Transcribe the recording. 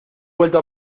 vuelto